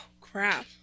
crap